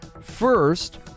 first